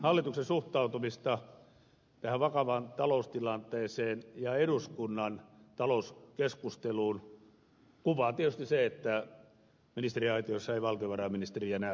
hallituksen suhtautumista tähän vakavaan taloustilanteeseen ja eduskunnan talouskeskusteluun kuvaa tietysti se että ministeriaitiossa ei valtiovarainministeriä näy